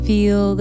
Feel